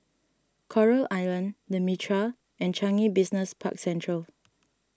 Coral Island the Mitraa and Changi Business Park Central